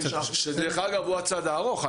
שדרך אגב, הוא הצד הארוך.